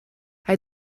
hij